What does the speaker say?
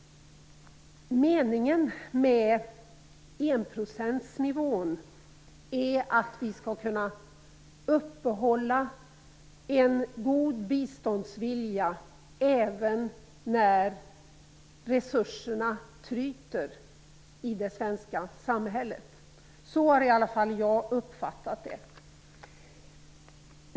Meningen med enprocentsnivån är att vi skall kunna uppehålla en god biståndsvilja även när resurserna tryter i det svenska samhället. Så har i alla fall jag uppfattat det.